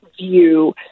view